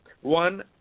one